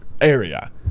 area